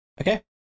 Okay